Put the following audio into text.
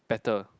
better